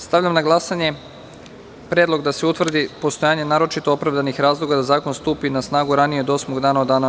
Stavljam na glasanje predlog da se utvrdi postojanje naročito opravdanih razloga da zakon stupi na snagu ranije od osmog dana od dana objavljivanja.